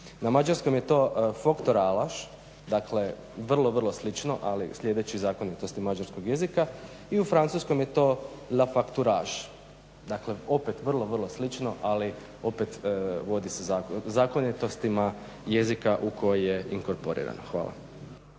Na mađarskom je to …/Govornik se ne razumije./…, dakle vrlo, vrlo slično ali slijedeći zakonitosti mađarskog jezika i u francuskom je to la facturage dakle, opet vrlo, vrlo slično ali opet vodi se zakonitostima jezika u koje je inkorporirano. Hvala.